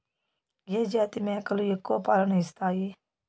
ఏ జాతి మేకలు ఎక్కువ పాలను ఇస్తాయి?